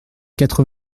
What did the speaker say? quatre